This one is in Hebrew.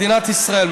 מדינת ישראל,